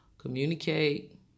communicate